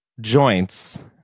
joints